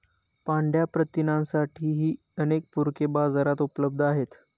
पांढया प्रथिनांसाठीही अनेक पूरके बाजारात उपलब्ध आहेत